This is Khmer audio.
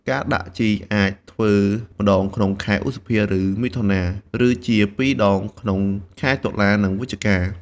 ការដាក់ជីអាចធ្វើម្តងក្នុងខែឧសភាឬមិថុនា ឬជាពីរដងក្នុងខែតុលានិងវិច្ឆិកា។